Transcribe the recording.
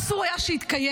אסור היה שיתקיים,